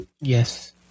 Yes